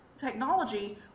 technology